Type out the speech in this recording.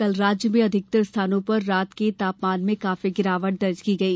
कल राज्य में अधिकतर स्थानों पर रात के तापमान में काफी गिरावट दर्ज की गई